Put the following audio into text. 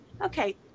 okay